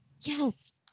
Yes